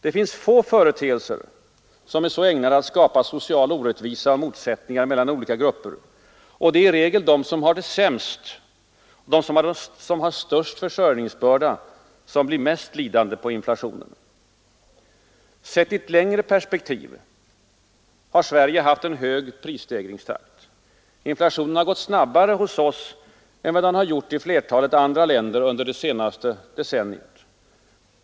Det finns få företeelser som är så ägnade att skapa social orättvisa och motsättningar mellan olika grupper — och det är i regel de som har det sämst och de som har störst försörjningsbörda som blir mest lidande på inflationen. Sett i ett längre perspektiv har Sverige haft en hög prisstegringstakt. Inflationen har gått snabbare hos oss än vad den har gjort i flertalet andra länder under det senaste decenniet.